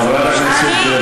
חברת הכנסת ברקו.